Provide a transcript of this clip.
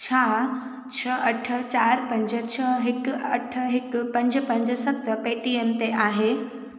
छा छह अठ चार पंज छ्ह हिकु अठ हिकु पंज पंज सत पेटीएम ते आहे